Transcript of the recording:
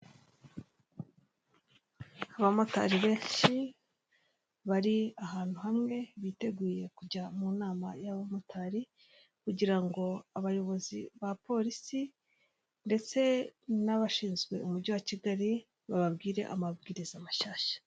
Abamotari benshi bari ahantu hamwe biteguye kujya mu nama y'abamotari, kugira ngo abayobozi ba polisi, ndetse n'abashinzwe umujyi wa Kigali bababwire amabwiriza mashyashya.